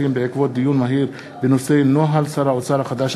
עובדים על-ידי קבלני שירות בתחומי השמירה והניקיון